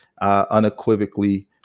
unequivocally